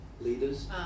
leaders